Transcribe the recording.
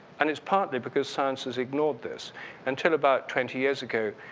and it's partly because science has ignored this until about twenty years ago,